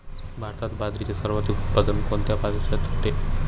भारतात बाजरीचे सर्वाधिक उत्पादन कोणत्या राज्यात होते?